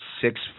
six